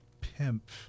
pimp